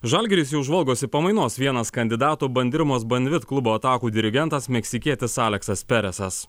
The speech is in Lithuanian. žalgiris jau žvalgosi pamainos vienas kandidatų bandirmos banvit klubo atakų dirigentas meksikietis aleksas peresas